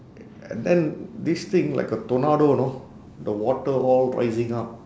a~ and then this thing like a tornado know the water all rising up